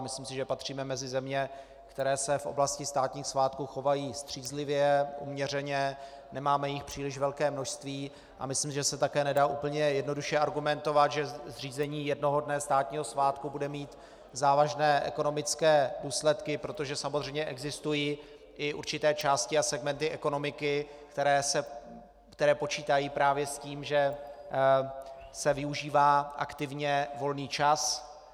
Myslím si, že patříme mezi země, které se v oblasti státních svátků chovají střízlivě, uměřeně, nemáme jich příliš velké množství, a myslím, že se také nedá úplně jednoduše argumentovat, že zřízení jednoho dne státního svátku bude mít závažné ekonomické důsledky, protože samozřejmě existují i určité části a segmenty ekonomiky, které počítají právě s tím, že se využívá aktivně volný čas.